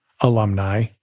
alumni